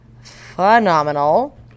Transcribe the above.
phenomenal